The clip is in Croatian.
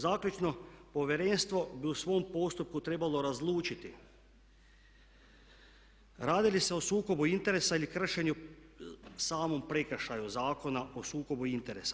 Zaključno, povjerenstvo bi u svom postupku trebalo razlučiti radi li se o sukobu interesa ili kršenju, samom prekršaju Zakona o sukobu interesa.